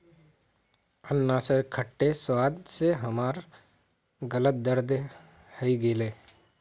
अनन्नासेर खट्टे स्वाद स हमार गालत दर्द हइ गेले